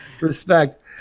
Respect